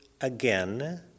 again